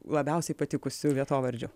labiausiai patikusių vietovardžių